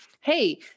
Hey